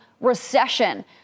recession